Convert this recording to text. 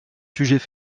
sujets